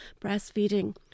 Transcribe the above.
breastfeeding